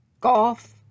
golf